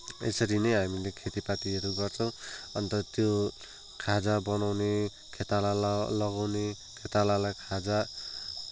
यसरी नै हामीले खेतीपातीहरू गर्छौँ अन्त त्यो खाजा बनाउने खेताला लगाउने खेतालालाई खाजा